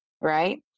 right